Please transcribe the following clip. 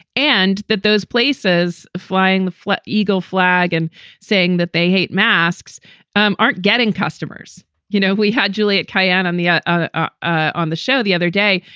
and that those places flying the flag eagle flag and saying that they hate masks um aren't getting customers. you know, we had juliette kayyem on the air ah ah on the show the other day,